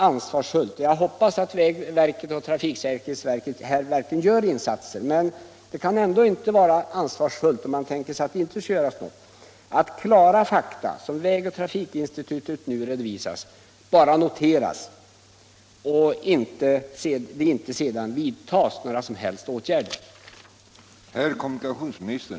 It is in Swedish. Jag hoppas vägverket och trafiksäkerhetsverket verkligen gör insatser. Det kan nämligen inte vara ansvarsfullt att efter de klara fakta vägoch trafikinstitutet redovisat bara notera trafiksituationen och sedan inte vidta några som helst åtgärder.